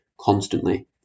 constantly